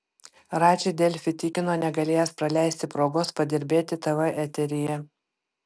radži delfi tikino negalėjęs praleisti progos padirbėti tv eteryje